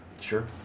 Sure